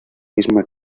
misma